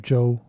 Joe